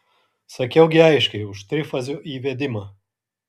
sakiau gi aiškiai už trifazio įvedimą